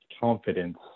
confidence